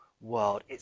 world